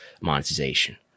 monetization